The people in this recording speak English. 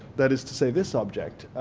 that is to say this object,